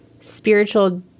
spiritual